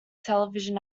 television